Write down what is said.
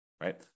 right